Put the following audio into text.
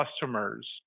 customers